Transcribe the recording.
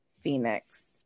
Phoenix